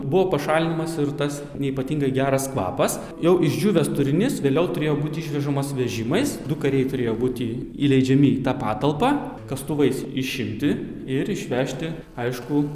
buvo pašalinimas ir tas neypatingai geras kvapas jau išdžiūvęs turinys vėliau turėjo būti išvežamas vežimais du kariai turėjo būti įleidžiami į tą patalpą kastuvais išimti ir išvežti aišku